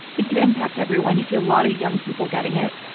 it can impact everyone. you see a lot of young people getting it.